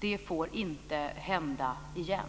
Det får inte hända igen.